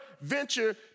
venture